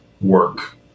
work